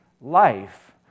life